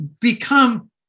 become